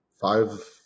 five